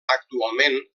actualment